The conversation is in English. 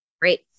Great